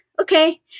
okay